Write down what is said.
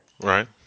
right